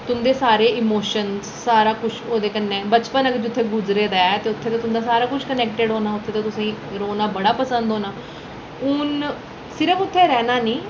तुं'दे सारे इमोशनज सारा किश ओह्दे कन्नै बचपन बी जित्थै गुजरे दा ऐ ते उत्थै तुं'दा सारा किश कनैक्टड होना उत्थै तुसें ई रैह्ना बड़ा पसंद होना हून सिर्फ उत्थै रौह्ना नेईं